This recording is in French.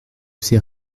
ces